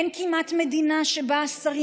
אין כמעט מדינה שבה השרים,